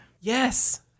Yes